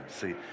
see